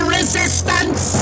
resistance